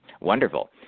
Wonderful